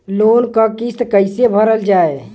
Loan क किस्त कैसे भरल जाए?